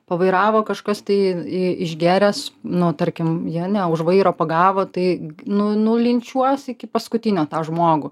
pavairavo kažkas tai i išgėręs nu tarkim jie ne už vairo pagavo tai nu nulinčiuos iki paskutinio tą žmogų